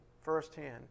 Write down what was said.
firsthand